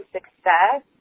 Success